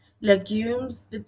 legumes